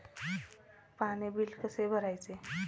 पाणी बिल कसे भरायचे?